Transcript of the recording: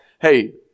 hey